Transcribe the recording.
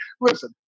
listen